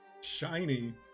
Shiny